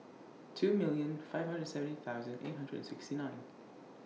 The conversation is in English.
two million five hundred seventy thousand eight hundred and sixty nine